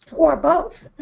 or both.